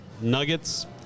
Nuggets